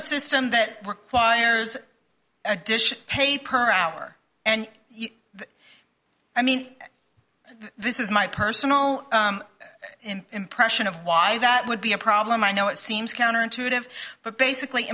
a system that requires additional pay per hour and i mean this is my personal impression of why that would be a problem i know it seems counterintuitive but basically